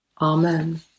Amen